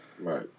right